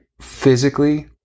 physically